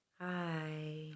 Hi